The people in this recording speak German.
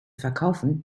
verkaufen